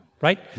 Right